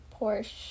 Porsche